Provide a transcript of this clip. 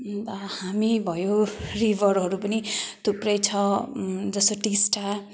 अन्त हामी भयो रिभरहरू पनि थुप्रै छ जस्तो टिस्टा